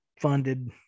funded